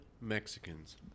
Mexicans